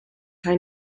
hij